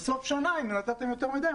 בסוף שנה מס ההכנסה יחזיר אם נתתם יותר מדי.